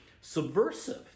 subversive